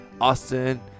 Austin